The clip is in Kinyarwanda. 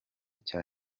cya